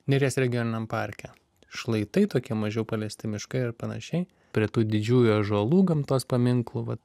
neries regioniniam parke šlaitai tokie mažiau paliesti miškai ir panašiai prie tų didžiųjų ąžuolų gamtos paminklų vat